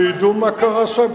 שידעו מה קרה שם,